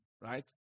right